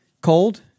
cold